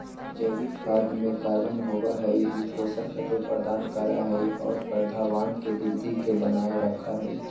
जैविक खाद में कार्बन होबा हई ऊ पोषक तत्व प्रदान करा हई और पौधवन के वृद्धि के बनाए रखा हई